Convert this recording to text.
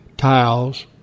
tiles